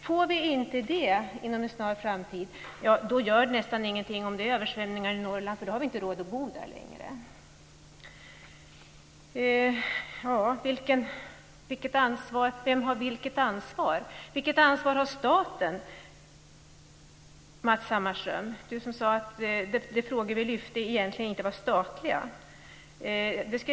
Får vi inte det inom en snar framtid gör det nästan ingenting om det är översvämningar i Norrland, för då har vi inte längre råd att bo där. Vem har vilket ansvar? Jag skulle vilja veta vilket ansvar staten har, Matz Hammarström. Du sade att de frågor som vi lyft fram egentligen inte är statliga.